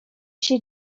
się